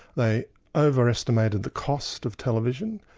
they over-estimated the cost of television,